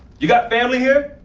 you got family here?